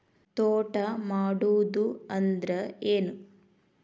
ತೋಟ ಮಾಡುದು ಅಂದ್ರ ಏನ್?